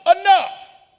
enough